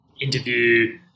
interview